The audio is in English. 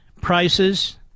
prices